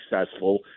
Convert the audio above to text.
successful